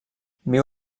viu